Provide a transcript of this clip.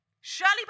Shirley